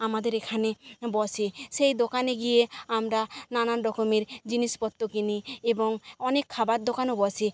আমাদের এখানে বসে সেই দোকানে গিয়ে আমরা নানান রকমের জিনিসপত্র কিনি এবং অনেক খাবার দোকানও বসে